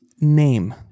name